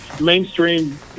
mainstream